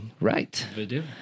Right